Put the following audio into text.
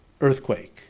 earthquake